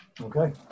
Okay